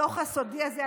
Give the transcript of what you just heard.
הדוח הסודי הזה,